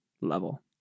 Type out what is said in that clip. level